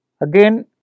Again